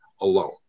alone